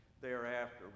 thereafter